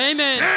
Amen